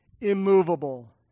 immovable